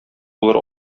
булыр